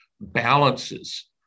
Balances